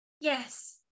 Yes